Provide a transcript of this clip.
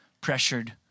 pressured